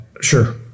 sure